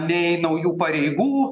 nei naujų pareigų